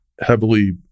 heavily